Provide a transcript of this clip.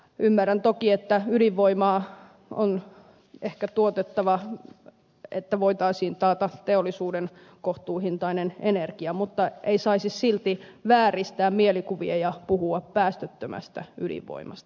ymmärrän toki että ydinvoimaa on ehkä tuotettava että voitaisiin taata teollisuuden kohtuuhintainen energia mutta ei saisi silti vääristää mielikuvia ja puhua päästöttömästä ydinvoimasta